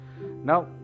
Now